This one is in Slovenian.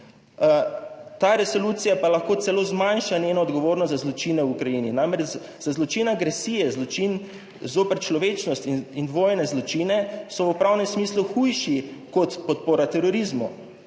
Ta resolucija pa lahko celo zmanjša njeno odgovornost za zločine v Ukrajini. Namreč, za zločine agresije, zločin zoper človečnost in vojne zločine so v pravnem smislu hujši kot podpora terorizmu.